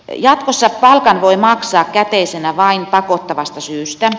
jatkossa palkan voi maksaa käteisenä vain pakottavasta syystä